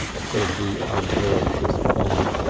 said the unveracious polly.